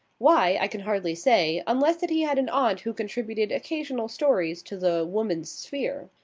why, i can hardly say, unless that he had an aunt who contributed occasional stories to the woman's sphere.